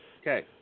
Okay